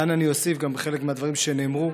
כאן אני אוסיף, בחלק מהדברים שנאמרו,